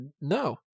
no